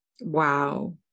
wow